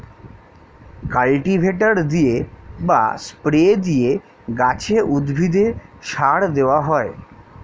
cultivator দিয়ে বা spray দিয়ে গাছে, উদ্ভিদে সার দেওয়া হয়